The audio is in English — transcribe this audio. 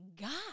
God